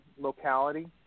locality